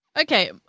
Okay